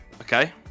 Okay